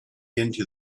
into